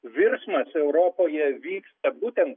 virsmas europoje vyksta būtent